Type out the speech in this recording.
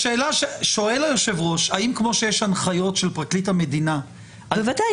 שואל היושב ראש: האם כמו שיש הנחיות של פרקליט המדינה --- בוודאי,